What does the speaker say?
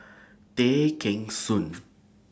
Tay Kheng Soon